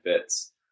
fits